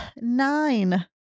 nine